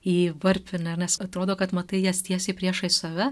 į varpinę nes atrodo kad matai jas tiesiai priešais save